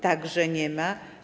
Także nie ma.